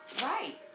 right